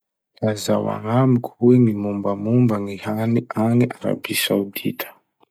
Lazao agnamiko hoe gny mombamomba gny hany agny Arabi Saodita?